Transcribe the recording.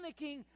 panicking